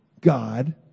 God